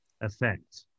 effect